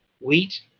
wheat